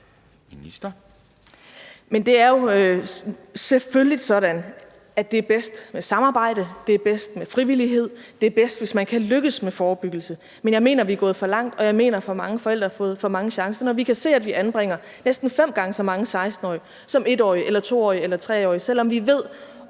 Det er selvfølgelig sådan, at det er bedst med samarbejde, det er bedst med frivillighed, det er bedst, hvis man kan lykkes med forebyggelse. Men jeg mener, at vi er gået for langt, og jeg mener, at for mange forældre har fået for mange chancer, når vi kan se, at vi anbringer næsten fem gange så mange 16-årige, som vi anbringer 1-årige eller 2-årige eller